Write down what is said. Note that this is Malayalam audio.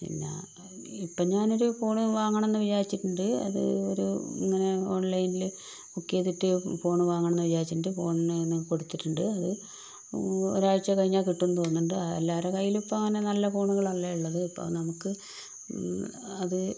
പിന്നെ ഇപ്പം ഞാൻ ഒരു ഫോൺ വാങ്ങണമെന്ന് വിചാരിച്ചിട്ടുണ്ട് അത് ഒരു ഇങ്ങനെ ഓൺലൈനിൽ ബുക്ക് ചെയ്തിട്ട് ഫോൺ വാങ്ങണമെന്ന് വിചാരിച്ചിട്ടുണ്ട് ഫോണിന് കൊടുത്തിട്ടുണ്ട് അത് ഒരാഴ്ച്ച കഴിഞ്ഞാൽ കിട്ടും എന്ന് തോന്നുന്നുണ്ട് എല്ലാര കൈയിലും ഇപ്പം അങ്ങനെ നല്ല ഫോണുകൾ അല്ലേ ഉള്ളത് അപ്പം നമുക്ക് അത്